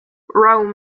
rome